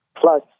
plus